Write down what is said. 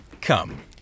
Come